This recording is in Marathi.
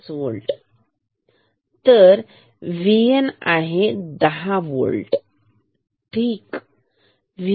5 होल्ट तर VN आहे दहा होल्ट ठीक